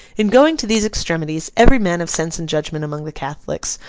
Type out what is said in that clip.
in going to these extremities, every man of sense and judgment among the catholics,